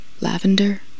Lavender